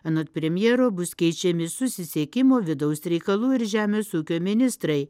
anot premjero bus keičiami susisiekimo vidaus reikalų ir žemės ūkio ministrai